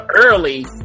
early